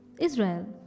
Israel